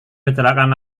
kecelakaan